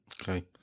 okay